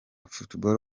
football